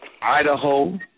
Idaho